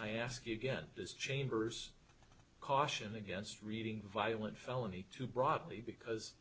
i ask you again is chambers caution against reading violent felony too broadly because